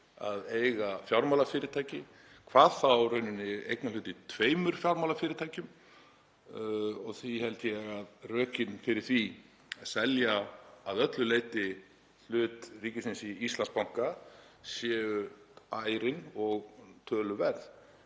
að eiga fjármálafyrirtæki, hvað þá í rauninni eignarhlut í tveimur fjármálafyrirtækjum. Því held ég að rökin fyrir því að selja að öllu leyti hlut ríkisins í Íslandsbanka séu ærin og töluverð,